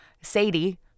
Sadie